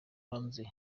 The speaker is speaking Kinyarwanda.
hanze